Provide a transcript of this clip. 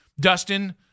Dustin